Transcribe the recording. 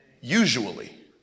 Usually